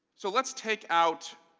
so let's take out